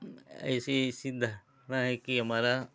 ऐसी सिद्ध घटना है कि हमारा